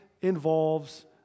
involves